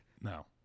No